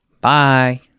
Bye